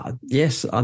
Yes